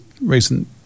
recent